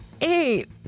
Eight